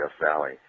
Valley